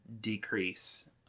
decrease